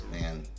man